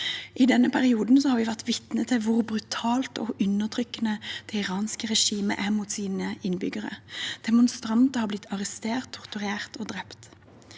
I denne perioden har vi vært vitne til hvor brutalt og undertrykkende det iranske regimet er mot sine innbyggere. Demonstranter har blitt arrestert, torturert og drept.